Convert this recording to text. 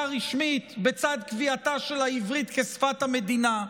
רשמית בצד קביעתה של העברית כשפת המדינה?